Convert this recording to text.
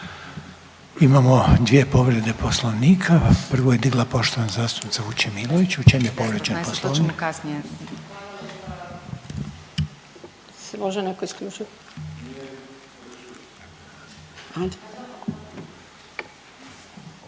Imamo dvije povrede Poslovnika. Prvu je digla poštovana zastupnica Vučemilović, u čemu je povrijeđen Poslovnik?